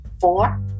four